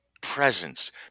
presence